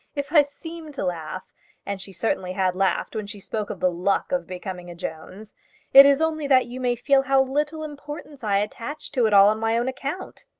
if i seemed to laugh and she certainly had laughed when she spoke of the luck of becoming a jones it is only that you may feel how little importance i attach to it all on my own account.